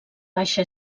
baixa